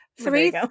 three